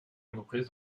entreprise